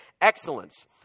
excellence